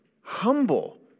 humble